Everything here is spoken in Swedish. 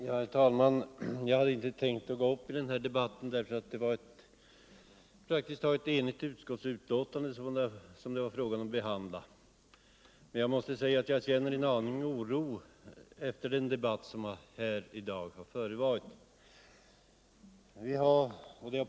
Herr talman! Jag hade inte tänkt att gå upp i den här debatten, eftersom det var ett praktiskt taget enigt utskottsbetänkande som det var fråga om att behandla. Men jag måste säga att jag känner en aning oro efter den debatt som i dag har förevarit.